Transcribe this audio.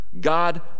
God